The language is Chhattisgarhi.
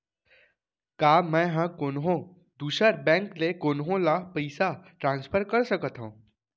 का मै हा कोनहो दुसर बैंक ले कोनहो ला पईसा ट्रांसफर कर सकत हव?